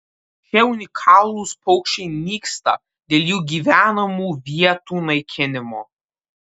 šie unikalūs paukščiai nyksta dėl jų gyvenamų vietų naikinimo